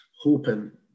hoping